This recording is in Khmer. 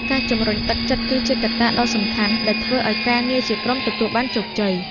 ការជំរុញទឹកចិត្តគឺជាកត្តាដ៏សំខាន់ដែលធ្វើឲ្យការងារជាក្រុមទទួលបានជោគជ័យ។